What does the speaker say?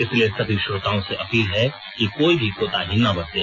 इसलिए सभी श्रोताओं से अपील है कि कोई भी कोताही ना बरतें